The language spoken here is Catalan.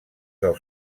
del